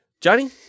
Johnny